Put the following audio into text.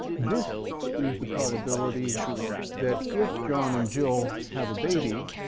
this is the probability that if john and jill have a baby,